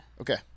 Okay